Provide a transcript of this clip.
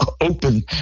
open